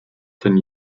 ten